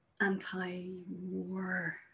anti-war